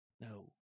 No